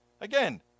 Again